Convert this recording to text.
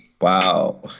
Wow